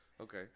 Okay